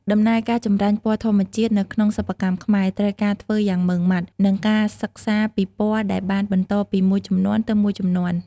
ដំណើរការចម្រាញ់ពណ៌ធម្មជាតិនៅក្នុងសិប្បកម្មខ្មែរ ត្រូវការធ្វើយ៉ាងម៉ឺងម៉ាត់ និងការសិក្សាពីពណ៌ដែលបានបន្តពីមួយជំនាន់ទៅមួយជំនាន់។